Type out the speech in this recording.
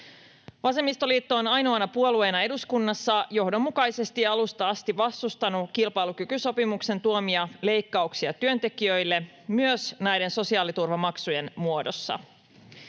Vasemmistoliitto on ainoana puolueena eduskunnassa johdonmukaisesti alusta asti vastustanut kilpailukykysopimuksen tuomia leikkauksia työntekijöille myös näiden sosiaaliturvamaksujen muodossa.